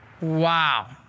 Wow